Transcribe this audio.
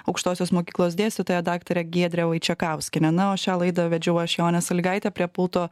aukštosios mokyklos dėstytoja daktarė giedrė vaičekauskienė na o šią laidą vedžiau aš jonė salygaitė prie pulto